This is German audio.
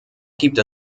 gibt